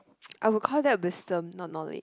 I will call that wisdom not knowledge